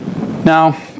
Now